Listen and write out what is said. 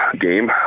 game